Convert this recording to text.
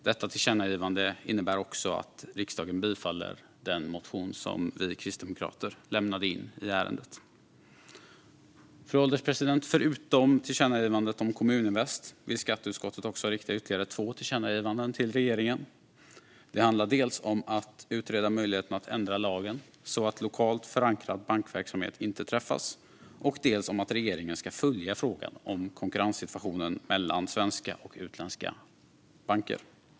Detta tillkännagivande innebär att riksdagen bifaller den motion som vi kristdemokrater lämnade in i ärendet. Fru ålderspresident! Förutom tillkännagivandet om Kommuninvest vill skatteutskottet rikta ytterligare två tillkännagivanden till regeringen. Det handlar dels om att utreda möjligheterna att ändra lagen så att lokalt förankrad bankverksamhet inte träffas, dels om att regeringen ska följa frågan om konkurrenssituationen för svenska och utländska banker.